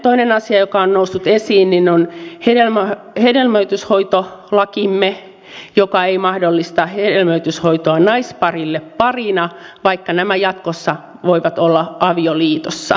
toinen asia joka on noussut esiin on hedelmöityshoitolakimme joka ei mahdollista hedelmöityshoitoa naisparille parina vaikka nämä jatkossa voivat olla avioliitossa